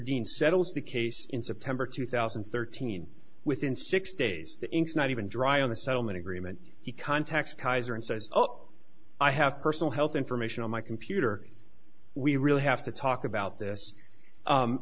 dean settles the case in september two thousand and thirteen within six days the ink's not even dry on the settlement agreement he contacts kaiser and says oh i have personal health information on my computer we really have to talk about this